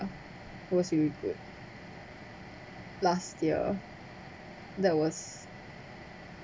was really good last year that was